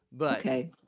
Okay